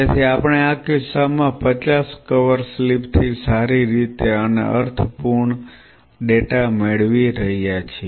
તેથી આપણે આ કિસ્સામાં 50 કવર સ્લિપ થી સારી રીતે અને અર્થપૂર્ણ ડેટા મેળવી રહ્યા છીએ